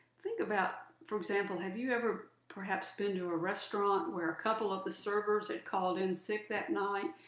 think about, for example, have you ever perhaps been to a restaurant where a couple of the servers had called in sick that night,